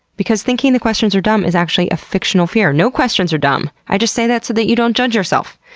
because thinking the questions are dumb is actually a fictional fear. no questions are dumb! i just say that so that you don't judge yourself.